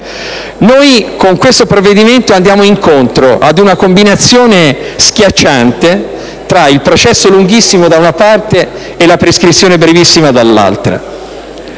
Con questo provvedimento andiamo incontro ad una combinazione schiacciante tra il processo lunghissimo, da una parte, e la prescrizione brevissima dall'altra.